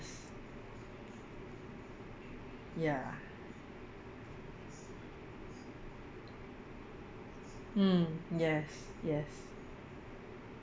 ya mm yes yes